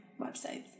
websites